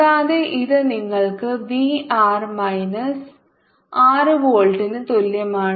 കൂടാതെ ഇത് നിങ്ങൾക്ക് V r മൈനസ് 6 വോൾട്ടിന് തുല്യമാണ്